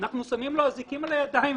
אנחנו שמים לו אזיקים על הידיים,